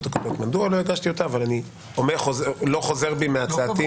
הקודמות מדוע לא הגשתי אותה אבל אני לא חוזר בי מהצעתי.